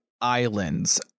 islands